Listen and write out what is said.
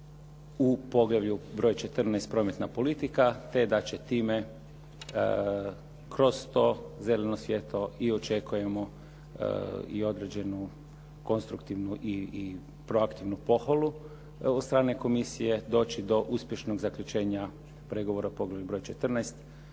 u poglavlju broj 14 – Prometna politika te da će time kroz to zeleno svjetlo i očekujemo i određenu konstruktivnu i proaktivnu pohvalu od strane komisije, doći do uspješnog zaključenja pregovora u poglavlju broj 14